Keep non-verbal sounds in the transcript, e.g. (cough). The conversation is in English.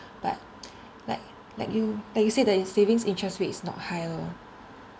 but (noise) like like you like you said the savings interest rate is not high lor